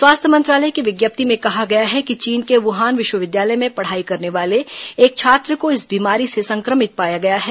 स्वास्थ्य मंत्रालय की विज्ञप्ति में कहा गया है कि चीन के वुहान विश्वविद्यालय में पढ़ाई करने वाले एक छात्र को इस बीमारी से संक्रमित पाया गया है